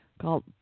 called